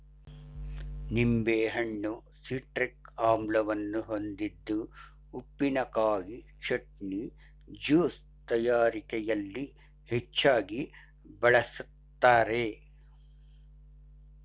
ನಿಂಬೆಹಣ್ಣು ಸಿಟ್ರಿಕ್ ಆಮ್ಲವನ್ನು ಹೊಂದಿದ್ದು ಉಪ್ಪಿನಕಾಯಿ, ಚಟ್ನಿ, ಜ್ಯೂಸ್ ತಯಾರಿಕೆಯಲ್ಲಿ ಹೆಚ್ಚಾಗಿ ಬಳ್ಸತ್ತರೆ